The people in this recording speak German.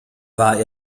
war